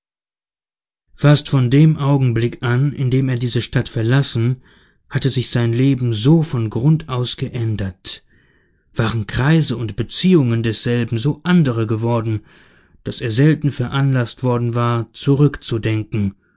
fast von dem augenblick an in dem er diese stadt verlassen hatte sich sein leben so von grund aus geändert waren kreise und beziehungen desselben so andere geworden daß er selten veranlaßt worden war zurückzudenken